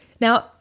Now